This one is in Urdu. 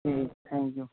ہوں تھینک یو